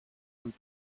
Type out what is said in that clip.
amb